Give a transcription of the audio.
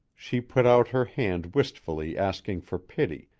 she put out her hand wistfully asking for pity,